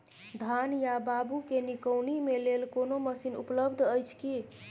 धान या बाबू के निकौनी लेल कोनो मसीन उपलब्ध अछि की?